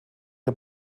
der